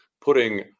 putting